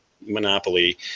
Monopoly